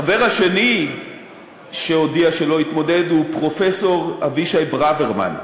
החבר השני שהודיע שלא יתמודד הוא פרופסור אבישי ברוורמן.